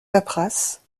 paperasses